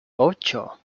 ocho